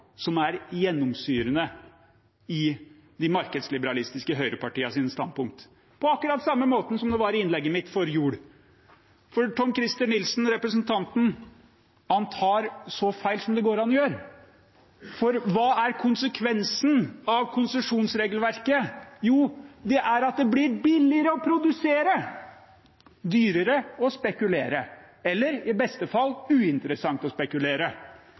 kapitalens interesser som gjennomsyrer de markedsliberalistiske høyrepartienes standpunkter – på akkurat samme måte som det er for jord, som jeg sa i innlegget mitt. Representanten Tom-Christer Nilsen tar så feil som det går an å gjøre. For hva er konsekvensen av konsesjonsregelverket? Jo, det er at det blir billigere å produsere og dyrere å spekulere, eller – i beste fall – uinteressant å spekulere.